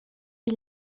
die